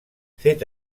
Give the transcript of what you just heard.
fet